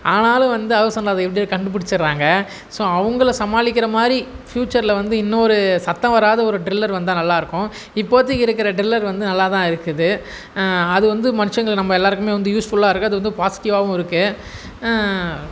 ஆனாலும் வந்து house owner அதை எப்படியோ கண்டு பிடிச்சிட்றாங்க ஸோ அவங்கள சமாளிக்கிற மாதிரி ஃப்யூச்சரில் வந்து இன்னும் ஒரு சத்தம் வராத ஒரு ட்ரில்லர் வந்தா நல்லா இருக்கும் இப்போத்தைக்கு இருக்கிற ட்ரில்லர் வந்து நல்லா தான் இருக்குது அது வந்து மனுஷங்கள் நம்ம எல்லோருக்குமே வந்து யூஸ்ஃபுல்லாக இருக்குது அது வந்து பாஸிட்டிவாகவும் இருக்குது